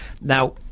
now